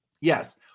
Yes